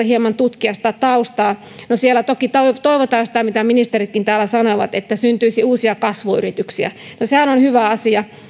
hieman tutkia sitä taustaa no siellä toki toivotaan sitä mitä ministeritkin täällä sanoivat että syntyisi uusia kasvuyrityksiä sehän on hyvä asia